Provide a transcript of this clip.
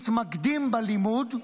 מתמקדים בלימוד,